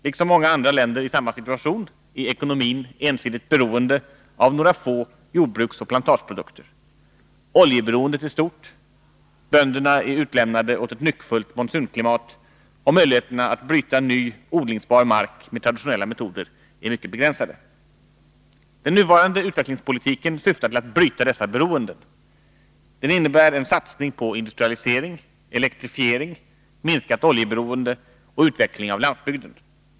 Liksom många andra länder i samma situation är också Sri Lanka ensidigt beroende av några få jordbruksoch plantageprodukter. Oljeberoendet är stort. Bönderna är utlämnade åt ett nyckfullt monsunklimat, och möjligheterna att bryta ny odlingsbar mark med traditionella metoder är mycket begränsade. Den nuvarande utvecklingspolitiken syftar till att bryta dessa beroenden. Den innebär en satsning på industrialisering, elektrifiering, minskat oljeberoende och utveckling av landsbygden.